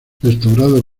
restaurado